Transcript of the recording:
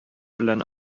белән